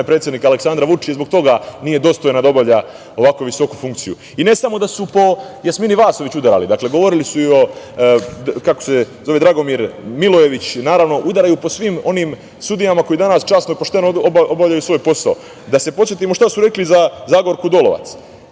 predsednika Aleksandra Vučića i da zbog toga nije dostojna da obavlja ovako visoku funkciju. I ne samo da su udarali po Jasmini Vasović, govorili su i Dragomiru Milojeviću, udaraju po svim onim sudijama koji danas časno i pošteno obavljaju svoj posao. Da se podsetimo šta su rekli za Zagorku Dolovac.